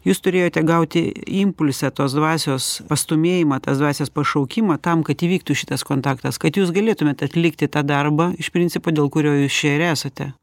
jūs turėjote gauti impulse tos dvasios pastūmėjimą tas dvasios pašaukimą tam kad įvyktų šitas kontaktas kad jūs galėtumėt atlikti tą darbą iš principo dėl kurio jūs čia ir esate